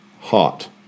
hot